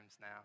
now